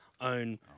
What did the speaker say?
own